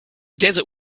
desert